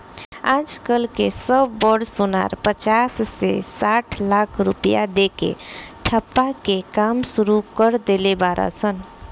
आज कल के सब बड़ सोनार पचास से साठ लाख रुपया दे के ठप्पा के काम सुरू कर देले बाड़ सन